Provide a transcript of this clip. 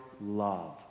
love